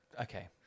Okay